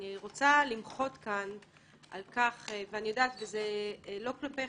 אני רוצה למחות כאן על כך וזה לא כלפיך,